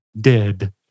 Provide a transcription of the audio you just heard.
Dead